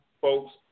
folks